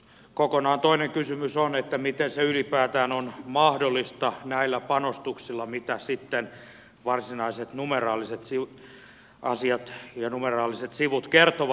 kokonaan toinen kysymys on miten se ylipäätään on mahdollista näillä panostuksilla mitä varsinaiset numeraaliset asiat ja numeraaliset sivut kertovat